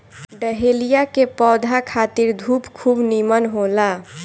dahlia के पौधा खातिर धूप खूब निमन होला